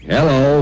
Hello